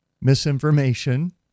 misinformation